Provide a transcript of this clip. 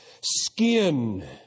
Skin